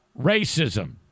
racism